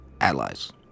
allies